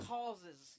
causes